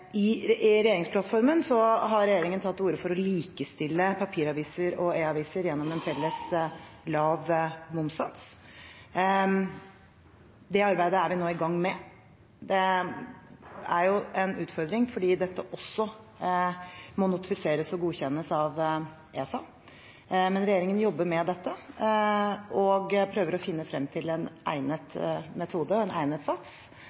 I regjeringsplattformen har regjeringen tatt til orde for å likestille papiraviser og e-aviser gjennom en felles lav momssats. Det arbeidet er vi nå i gang med. Det er en utfordring, fordi dette også må notifiseres og godkjennes av ESA. Men regjeringen jobber med dette og prøver å finne frem til en egnet metode og en egnet sats,